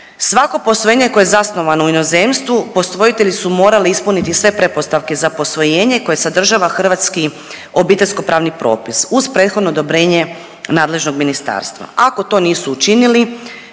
Svako posvojenje koje je zasnovano u inozemstvu posvojitelji su morali ispuniti sve pretpostavke za posvojenje koje sadržava hrvatski obiteljsko pravni propis uz prethodno odobrenje nadležnog ministarstva, ako to nisu učinili